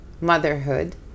motherhood